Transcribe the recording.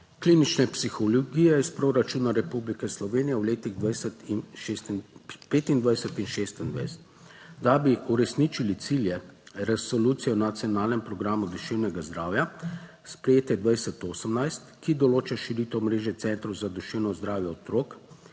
klinične psihologije iz proračuna Republike Slovenije v letih 2025 in 2026. Da bi uresničili cilje resolucije o nacionalnem programu duševnega zdravja sprejete 2018, ki določa širitev mreže centrov za duševno zdravje otrok